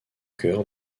cœur